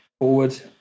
forward